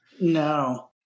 No